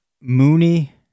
Mooney